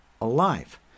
alive